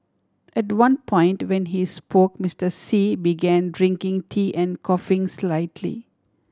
at one point when he spoke Mister Xi began drinking tea and coughing slightly